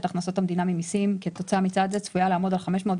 הכנסות המדינה ממיסים כתוצאה מצעד זה צפויה לעמוד על 510